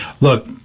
look